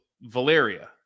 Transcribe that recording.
Valeria